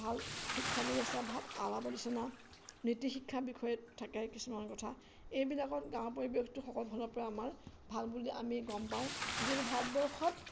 ভাল শিক্ষা ব্যৱস্থা ভাল আলাপ আলোচনা নীতিশিক্ষাৰ বিষয়ে থাকে কিছুমান কথা এইবিলাকত গাঁৱৰ পৰিৱেশটো সকলো ফালৰ পৰা আমাৰ ভাল বুলি আমি গম পাওঁ যিহেতু ভাৰতবৰ্ষত